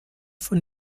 von